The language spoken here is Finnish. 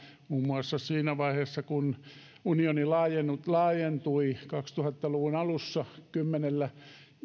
muun muassa siinä vaiheessa kun unioni laajentui kaksituhatta luvun alussa kymmenellä